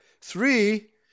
three